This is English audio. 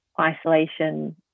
isolation